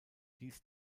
dies